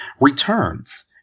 returns